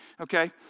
okay